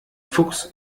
fuchs